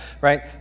right